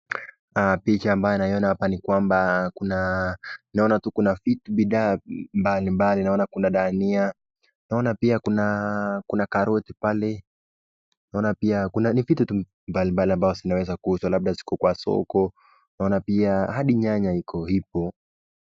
Picha ambayo naiona hapa ni kwamba, naona kuna vitu bidhaa mbali mbali. Naona kuna dania. Naona pia kuna karoti pale naona pia ni vitu mbali mbali ambazo zinaeza kuuzwa labda ziko kwa soko. Naona pia hadi nyanya ipo.